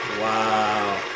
Wow